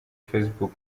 facebook